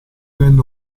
venne